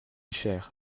cher